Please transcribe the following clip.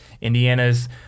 Indiana's